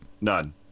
none